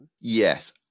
Yes